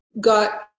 got